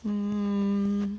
mm